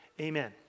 amen